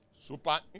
Super